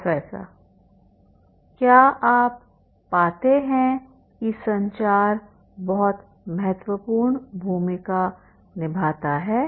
professor क्या आप पाते हैं कि संचार बहुत महत्वपूर्ण भूमिका निभाता है